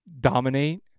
dominate